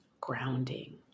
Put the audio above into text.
Grounding